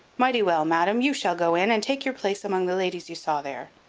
mighty well, madam you shall go in, and take your place among the ladies you saw there.